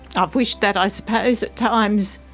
i've wished that, i suppose, at times,